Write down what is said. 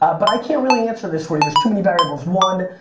but i can't really answer this for you. there's too many variables. one,